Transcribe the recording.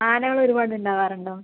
ആനകൾ ഒരുപാട് ഉണ്ടാകാറുണ്ടോ